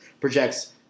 projects